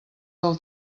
del